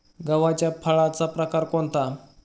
गव्हाच्या फळाचा प्रकार कोणता?